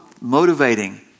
motivating